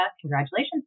congratulations